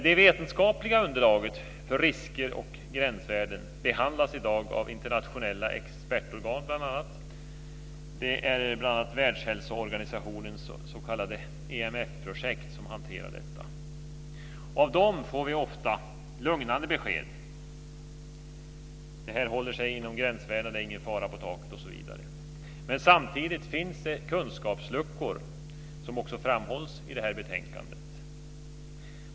Det vetenskapliga underlaget för risker och gränsvärden behandlas i dag av bl.a. internationella expertorgan. Världshälsoorganisationens s.k. EMF-projekt hanterar t.ex. detta. Av dem får vi ofta lugnande besked. Detta håller sig inom gränsvärdena, det är ingen fara på taket osv., säger de. Men samtidigt finns det kunskapsluckor, vilket också framhålls i betänkandet.